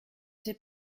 c’est